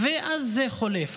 ואז זה חולף.